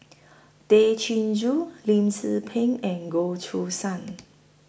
Tay Chin Joo Lim Tze Peng and Goh Choo San